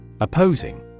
Opposing